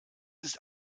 ist